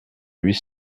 huit